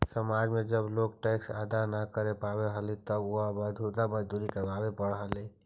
समाज में जब लोग टैक्स अदा न कर पावा हलाई तब उसे बंधुआ मजदूरी करवावे पड़ा हलाई